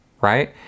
right